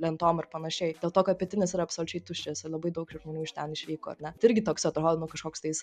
lentom ir panašiai dėl to kad pietinis yra absoliučiai tuščias ir labai daug ir žmonių iš ten išvyko ar ne tai irgi toks atrodo nu kažkoks tais